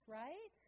right